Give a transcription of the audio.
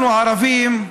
אנחנו, הערבים,